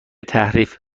تحریف